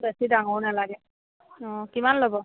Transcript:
বেছি ডাঙৰ নালাগে অঁ কিমান ল'ব